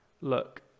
look